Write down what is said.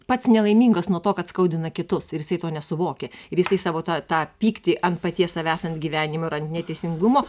pats nelaimingas nuo to kad skaudina kitus ir jisai to nesuvokia ir jisai savo tą tą pyktį ant paties savęs ant gyvenimo ir ant neteisingumo